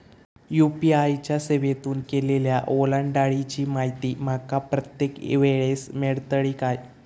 UPI च्या सेवेतून केलेल्या ओलांडाळीची माहिती माका प्रत्येक वेळेस मेलतळी काय?